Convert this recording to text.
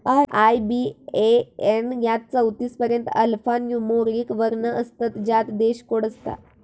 IBAN यात चौतीस पर्यंत अल्फान्यूमोरिक वर्ण असतत ज्यात देश कोड असता